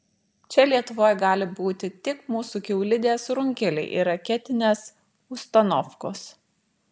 čia lietuvoj gali būti tik mūsų kiaulidės runkeliai ir raketines ustanofkos